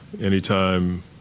Anytime